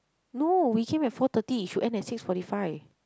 no we came at four thirty should end at six forty five